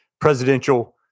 presidential